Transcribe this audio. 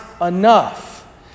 enough